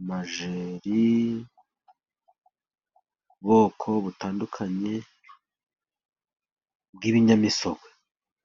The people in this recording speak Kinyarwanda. amajyeri, ubwoko butandukanye bw'ibinyamisogwe.